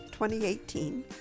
2018